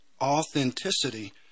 authenticity